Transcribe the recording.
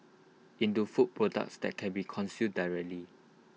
into food products that can be consumed directly